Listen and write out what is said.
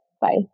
Bye